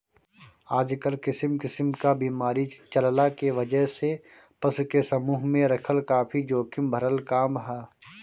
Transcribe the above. आजकल किसिम किसिम क बीमारी चलला के वजह से पशु के समूह में रखल काफी जोखिम भरल काम ह